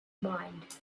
mind